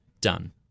done